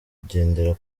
kugendera